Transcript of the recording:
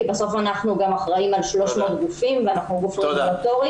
כי בסוף אנחנו גם אחראיים על 300 גופים ואנחנו גוף רגולטורי.